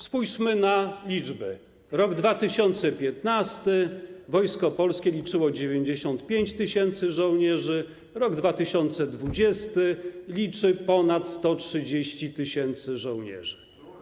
Spójrzmy na liczby: rok 2015 - Wojsko Polskie liczyło 95 tys. żołnierzy, rok 2020 - liczy ono ponad 130 tys. żołnierzy.